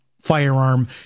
firearm